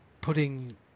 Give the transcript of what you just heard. putting